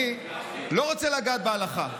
אני לא רוצה לגעת בהלכה,